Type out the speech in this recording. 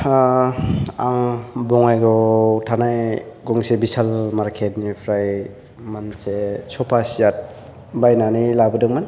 आं बङाइगावआव थानाय गंसे बिसाल मार्केट निफ्राय मोनसे स'फा सेत बायनानै लाबोदोंमोन